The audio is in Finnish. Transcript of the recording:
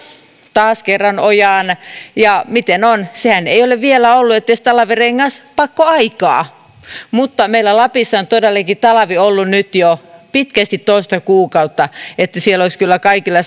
taas kerran ojaan ja sehän ei ole vielä ollut edes talvirengaspakkoaikaa mutta meillä lapissa on todellakin talvi ollut nyt jo pitkästi toista kuukautta niin että siellä olisivat kyllä kaikilla